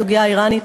הסוגיה האיראנית.